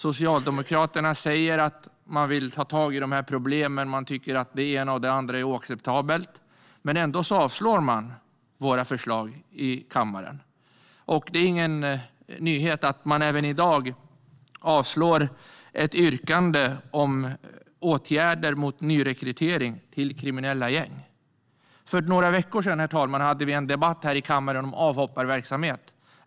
Socialdemokraterna säger att de vill ta tag i problemen och tycker att det ena och det andra är oacceptabelt. Ändå avslår de våra förslag i kammaren. Det är ingen nyhet att de även i dag avstyrker ett yrkande om åtgärder mot nyrekrytering till kriminella gäng. Herr talman! För några veckor sedan hade vi en debatt i kammaren om avhopparverksamhet.